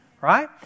right